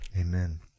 amen